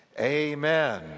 Amen